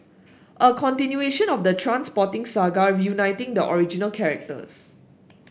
a continuation of the Trainspotting saga reuniting the original characters